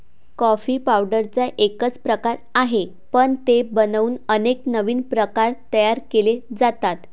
coffee पावडरचा एकच प्रकार आहे, पण ते बनवून अनेक नवीन प्रकार तयार केले जातात